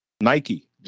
nike